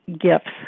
gifts